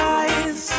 eyes